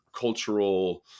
cultural